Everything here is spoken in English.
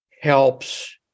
helps